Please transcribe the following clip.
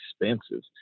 expensive